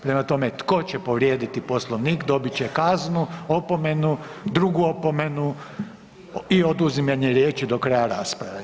Prema tome, tko će povrijediti Poslovnik dobit će kaznu, opomenu, drugu opomenu i oduzimanje riječi do kraja rasprave.